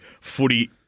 footy